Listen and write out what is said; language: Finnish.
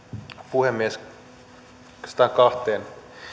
puhemies oikeastaan kahteen